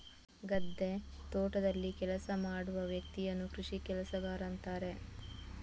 ಗದ್ದೆ, ತೋಟದಲ್ಲಿ ಕೆಲಸ ಮಾಡುವ ವ್ಯಕ್ತಿಯನ್ನ ಕೃಷಿ ಕೆಲಸಗಾರ ಅಂತಾರೆ